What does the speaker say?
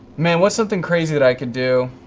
man, what's something crazy that i could do?